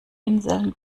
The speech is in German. inseln